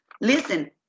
listen